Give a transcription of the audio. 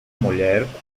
mulher